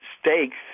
stakes